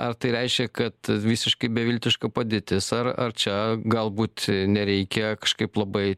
ar tai reiškia kad visiškai beviltiška padėtis ar ar čia galbūt nereikia kažkaip labai